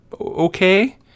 okay